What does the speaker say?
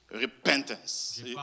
repentance